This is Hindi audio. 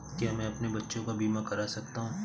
क्या मैं अपने बच्चों का बीमा करा सकता हूँ?